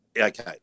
Okay